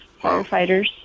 firefighters